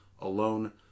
alone